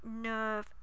nerve